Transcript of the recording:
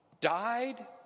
died